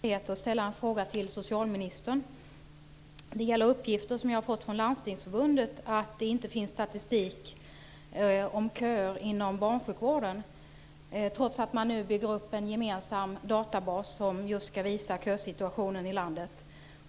Fru talman! Jag vill med anledning av den debatt vi har haft tidigare i dag om barns villkor ställa en fråga till socialministern. Det gäller uppgifter som jag har fått från Landstingsförbundet om att det inte finns statistik om köer inom barnsjukvården, trots att man nu bygger upp en gemensam databas som just ska visa kösituationen i landet.